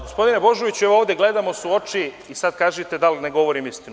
Gospodine Božoviću, evo ovde gledamo se u oči i sad kažite da li ne govorim istinu.